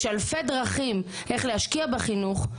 יש אלפי דרכים איך להשקיע בחינוך,